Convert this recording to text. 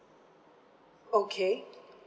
okay